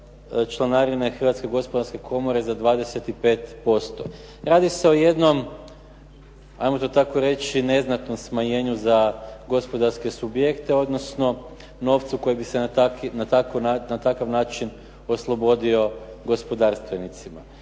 članarine Hrvatske gospodarske komore za 25%. Radi se o jednom, 'ajmo to tako reći, neznatnom smanjenju za gospodarske subjekte, odnosno novcu koji bi se na takav način oslobodio gospodarstvenicima.